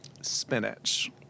Spinach